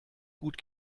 gut